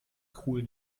kohl